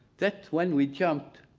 that when we jumped